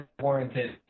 warranted